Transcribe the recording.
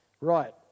Right